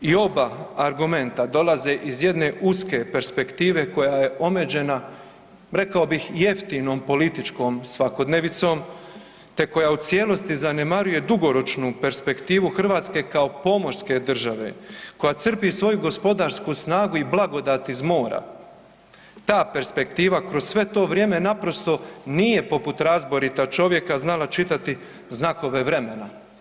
I oba argumenta dolaze iz jedne uske perspektive koja je omeđena rekao bih jeftinom političkom svakodnevicom te koja u cijelosti zanemaruje dugoročnu perspektivu Hrvatske kao pomorske države koja crpi svoju gospodarsku snagu i blagodat iz mora ta perspektiva kroz sve to vrijeme naprosto nije poput razborita čovjeka znala čitati znakove vremena.